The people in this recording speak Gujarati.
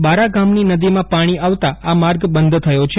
બારા ગામની નદીમાં પાણી આવતા આ માર્ગ બંધ થયો છે